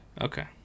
Okay